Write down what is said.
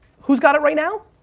who's got it right now?